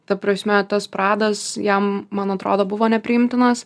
ta prasme tas pradas jam man atrodo buvo nepriimtinas